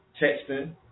texting